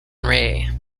ray